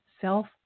self